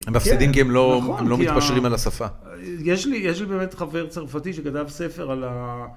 הם מפסידים כי הם לא מתפשרים על השפה. יש לי באמת חבר צרפתי שכתב ספר על ה...